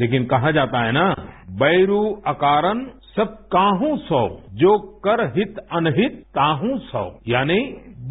लेकिन कहा जाता है न रश्बैरू अकारण सब काहुं सो जो कर हित अनहित पाहुं सोश्श यानी